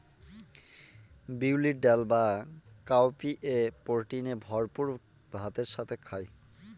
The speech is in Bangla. বিউলির ডাল বা কাউপিএ প্রোটিনে ভরপুর ভাতের সাথে খায়